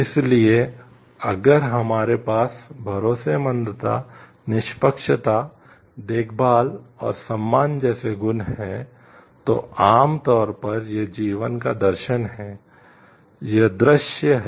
इसलिए अगर हमारे पास भरोसेमंदता निष्पक्षता देखभाल और सम्मान जैसे गुण हैं तो आमतौर पर यह जीवन का दर्शन है यह दृश्य है